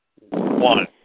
one